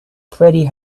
pretty